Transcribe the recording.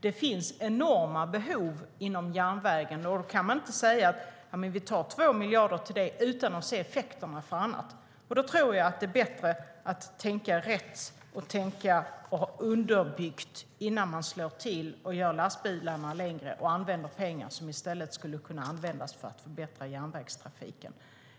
Det finns enorma behov inom järnvägen, och då kan man inte säga att vi ska ta 2 miljarder till detta utan att se på effekterna på annat. Jag tror att det är bättre att tänka rätt och ha ett underbyggt resonemang innan man slår till och gör lastbilarna längre och använder pengar som i stället skulle kunna användas för att förbättra järnvägstrafiken.